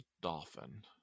dolphin